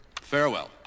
Farewell